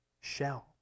Shell